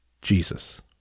Jesus